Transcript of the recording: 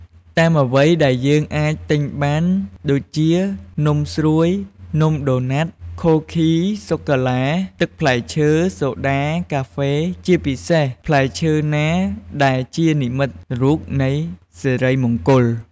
តាមអ្វីដែលយើងអាចទិញបានដូចជា នំស្រួយ នំដូណាត់ ខូឃី សូកូឡា ទឹកផ្លែឈើ សូដា កាហ្វេ ជាពិសេសផ្លែឈើណាដែលជានិមិត្តរូបនៃសិរីមង្គល។